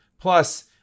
plus